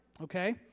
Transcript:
Okay